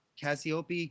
Cassiope